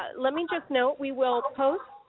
ah let me just note, we will post